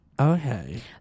Okay